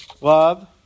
love